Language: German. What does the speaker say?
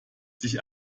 sich